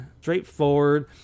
straightforward